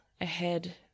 ahead